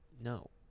No